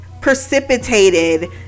precipitated